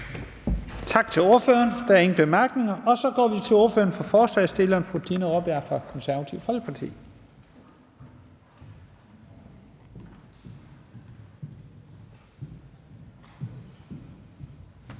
Tak til ordføreren. Der er ingen korte bemærkninger. Og så går vi til ordføreren for forslagsstillerne, fru Dina Raabjerg fra Det Konservative Folkeparti.